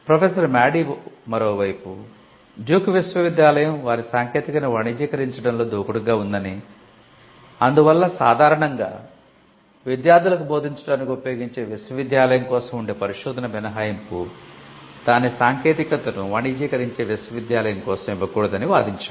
professor Madey మరోవైపు Duke విశ్వవిద్యాలయం వారి సాంకేతికతను వాణిజ్యీకరించడంలో దూకుడుగా ఉందని అందువల్ల సాధారణంగా విద్యార్థులకు బోధించడానికి ఉపయోగించే విశ్వవిద్యాలయం కోసం ఉండే పరిశోధన మినహాయింపు దాని సాంకేతికతను వాణిజ్యీకరించే విశ్వవిద్యాలయం కోసం ఇవ్వకూడదు అని వాదించాడు